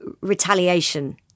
retaliation